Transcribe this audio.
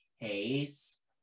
case